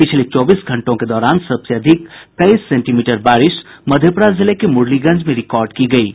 पिछले चौबीस घंटों के दौरान सबसे अधिक तेईस सेंटीमीटर बारिश मधेपुरा जिले के मुरलीगंज में रिकार्ड की गयी है